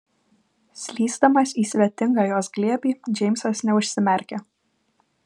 slysdamas į svetingą jos glėbį džeimsas neužsimerkė